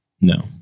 No